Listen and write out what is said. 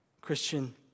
Christian